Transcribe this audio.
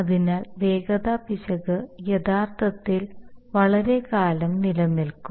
അതിനാൽ വേഗത പിശക് യഥാർത്ഥത്തിൽ വളരെക്കാലം നിലനിൽക്കും